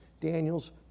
Daniel's